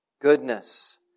goodness